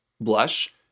blush